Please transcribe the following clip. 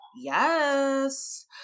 Yes